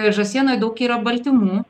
žąsienoj daug yra baltymų